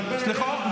אני מדבר אליה.